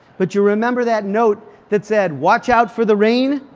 but you'll remember that note that said watch out for the rain?